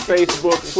Facebook